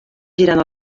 girant